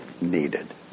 needed